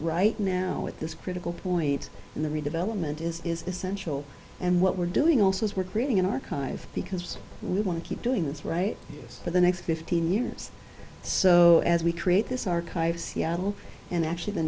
right now at this critical point in the redevelopment is essential and what we're doing also is we're creating an archive because we want to keep doing this right for the next fifteen years so as we create this archive seattle and actually the